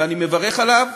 ואני מברך עליו.